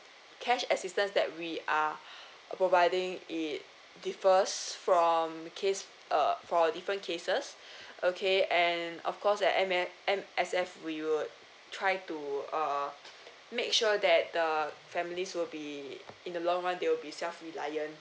cares assistance that we are providing it differs from case uh for different cases okay and of course at M_S M_S_F we will try to uh make sure that the families will be in the long run they'll be self reliant